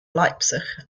leipzig